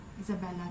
Isabella